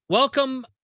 Welcome